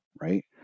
right